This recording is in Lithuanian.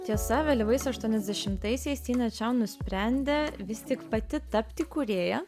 tiesa vėlyvais aštuoniasdešimtaisiais tina čiau nusprendė vis tik pati tapti kūrėja